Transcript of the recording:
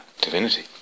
divinity